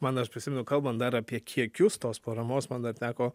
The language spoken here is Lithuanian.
man dar aš prisimenu kalbant dar apie kiekius tos paramos man dar teko